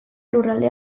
lurralde